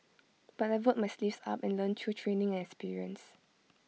but I rolled my sleeves up and learnt through training and experience